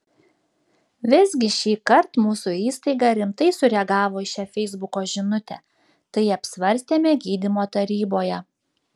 visgi šįkart mūsų įstaiga rimtai sureagavo į šią feisbuko žinutę tai apsvarstėme gydymo taryboje